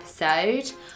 episode